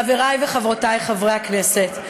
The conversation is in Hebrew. חברי וחברותי חברי הכנסת,